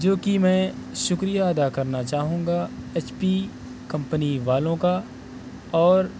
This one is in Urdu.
جوکہ میں شکریہ ادا کرنا چاہوں گا ایچ پی کمپنی والوں کا اور